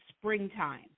springtime